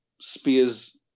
spears